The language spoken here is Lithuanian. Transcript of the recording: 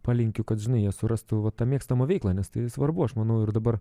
palinkiu kad žinai jie surastų vat tą mėgstamą veiklą nes tai svarbu aš manau ir dabar